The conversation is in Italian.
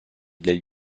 del